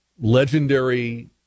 legendary